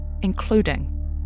including